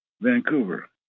Vancouver